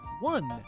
one